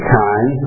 time